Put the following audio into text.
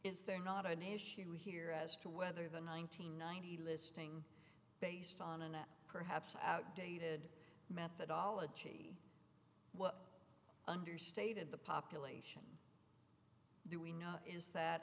is there not an issue here as to whether the ninety nine he listing based on and perhaps outdated methodology understated the population do we know is that